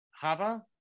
Hava